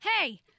Hey